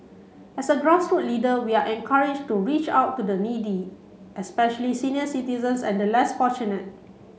as a grassroots leader we are encouraged to reach out to the needy especially senior citizens and the less fortunate